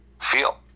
feel